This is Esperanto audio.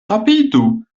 rapidu